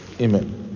Amen